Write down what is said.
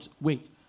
Wait